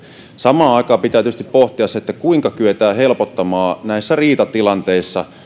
samaan aikaan pitää tietysti pohtia kuinka kyetään helpottamaan näissä riitatilanteissa